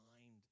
mind